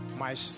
mas